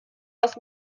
aus